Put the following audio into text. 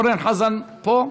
אורן חזן פה?